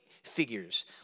figures